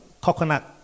coconut